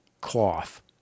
cloth